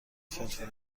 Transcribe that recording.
فلفل